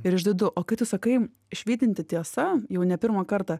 ir išdidu o kai tu sakai švytinti tiesa jau ne pirmą kartą